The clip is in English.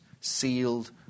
sealed